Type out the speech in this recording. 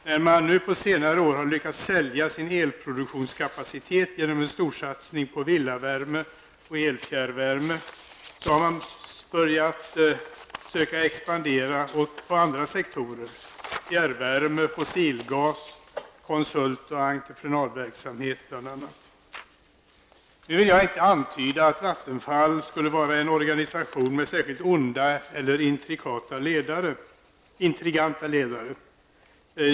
När man nu på senare år har lyckats sälja sin elproduktionskapacitet genom en storsatsning på villavärme och elfjärrvärme har man börjat söka expandera inom andra sektorer: Nu vill jag inte antyda att Vattenfall skulle vara en organisation med särskilt onda eller intriganta ledare.